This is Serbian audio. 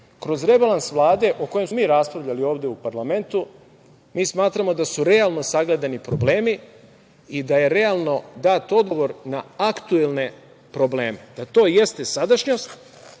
kroz rebalans Vlade o kojem smo mi raspravljali ovde u parlamentu, mi smatramo da su realno sagledani problemi i da je realno dat odgovor na aktuelne probleme, jer to jeste sadašnjost,